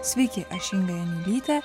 sveiki aš inga janiulytė